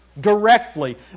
directly